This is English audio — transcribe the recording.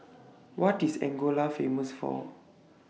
What IS Angola Famous For